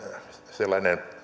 sellainen